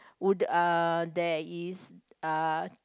wood uh there is uh